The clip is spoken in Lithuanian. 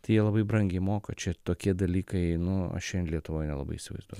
tie jie labai brangiai moka čia tokie dalykai nu šiandien lietuvoj nelabai įsivaizduoju